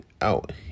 out